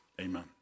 amen